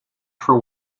for